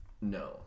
No